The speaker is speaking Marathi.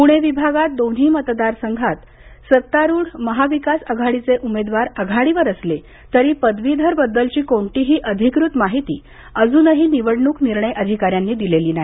पुणे विभागात दोन्ही मतदार संघात सत्तारूढ महाविकास आघाडीचे उमेदवार आघाडीवर असले तरी पदवीधर बद्दलची कोणतीही अधिकृत माहिती अजूनही निवडणूक निर्णय अधिकाऱ्यांनी दिलेली नाही